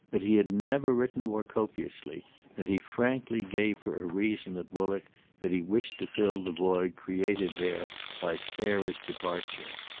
but he had never written more copiously and he frankly gave for a reason at woollett that he wished to fill the void created there by sarah's departure.